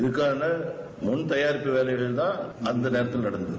இதற்கான முன் தயாரிப்பு வேலைகள்தான் அந்த நேரத்தில் நடைபெற்றது